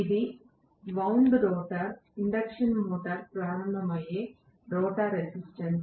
ఇది wound rotor induction motor ప్రారంభమయ్యే rotor resistance